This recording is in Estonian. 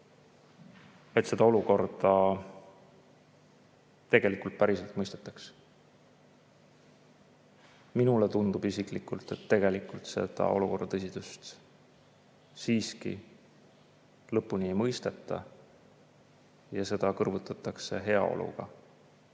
et seda olukorda päriselt mõistetaks. Minule tundub isiklikult, et tegelikult olukorra tõsidust siiski lõpuni ei mõisteta ja seda kõrvutatakse heaoluga,